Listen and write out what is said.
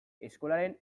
eskolaren